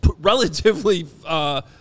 relatively –